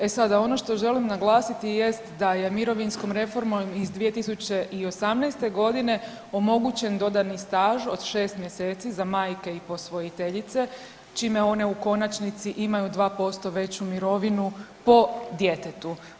E sada, ono što želim naglasiti jest da je mirovinskom reformom iz 2018. g. omogućen dodani staž od 6 mjeseci za majke i posvojiteljice, čime one u konačnici imaju 2% veću mirovinu po djetetu.